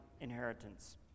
inheritance